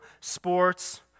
sports